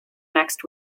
next